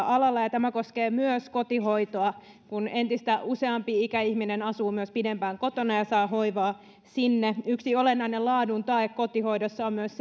alalla tämä koskee myös kotihoitoa kun entistä useampi ikäihminen asuu myös pidempään kotona ja saa hoivaa sinne yksi olennainen laadun tae kotihoidossa on myös